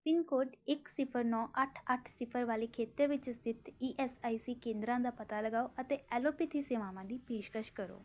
pin code ਇੱਕ ਸਿਫਰ ਨੌਂ ਅੱਠ ਅੱਠ ਸਿਫ਼ਰ ਵਾਲੇ ਖੇਤਰ ਵਿੱਚ ਸਥਿਤ ਈ ਐੱਸ ਆਈ ਸੀ ਕੇਂਦਰਾਂ ਦਾ ਪਤਾ ਲਗਾਓ ਅਤੇ ਐਲੋਪੈਥੀ ਸੇਵਾਵਾਂ ਦੀ ਪੇਸ਼ਕਸ਼ ਕਰੋ